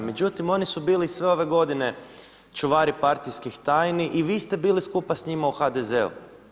Međutim, oni su bili sve ove godine čuvari partijskih tajni i vi ste bili skupa s njima u HDZ-u.